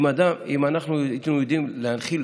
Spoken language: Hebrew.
אם אנחנו היינו יודעים להנחיל